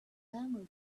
family